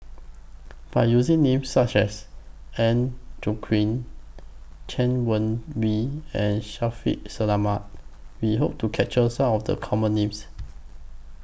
By using Names such as Agnes Joaquim Chay Weng Yew and Shaffiq Selamat We Hope to capture Some of The Common Names